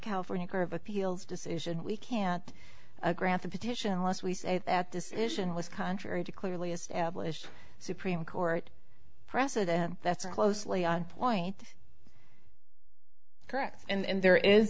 california of appeals decision we can't grant a petition unless we say that decision was contrary to clearly established supreme court precedent that's a closely on point correct and there is